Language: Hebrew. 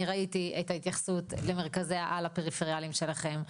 אני ראיתי את ההתייחסות למרכזי העל הפריפריאליים שלכם,